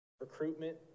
recruitment